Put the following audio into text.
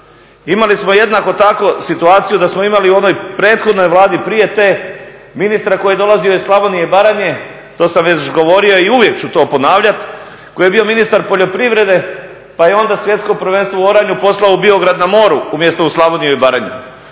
Imali smo jednako tako situaciju da smo imali i onoj prethodnoj Vladi prije te ministra koji je dolazio iz Slavonije i Baranje, to sam već govorio i uvijek ću to ponavljati koji je bio ministar poljoprivrede pa je onda Svjetsko prvenstvo u oranju poslao u Biograd na moru umjesto u Slavoniju i Baranju.